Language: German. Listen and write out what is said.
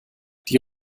die